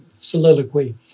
soliloquy